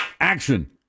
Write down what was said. action